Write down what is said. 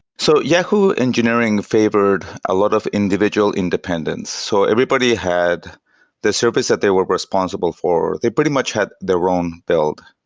so yahoo engineering favored a lot of individual independence. so everybody had the service that they were responsible for. they pretty much had their own build,